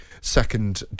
second